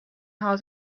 how